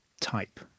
type